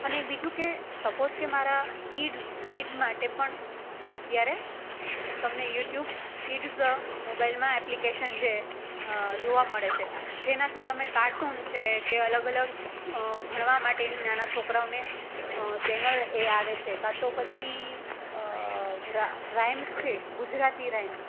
અને બીજું કે સપોઝ કે મારા કિડ્સ કીડ માટે પણ અત્યારે તમને યુટ્યુબ કિડ્સ મોબાઈલમાં એપ્લિકેશન જે જોવા મળે છે જેનાથી તમે કાર્ટૂન છે કે અલગ અલગ ભણવા માટેની નાના છોકરાઓને ચેનલ એ આવે છે કાં તો પછી રાઇમ્સ છે ગુજરાતી રાઇમ્સ